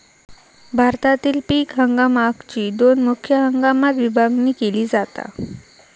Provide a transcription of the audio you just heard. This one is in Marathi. भारतातील पीक हंगामाकची दोन मुख्य हंगामात विभागणी केली जाता